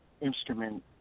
instrument